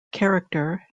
character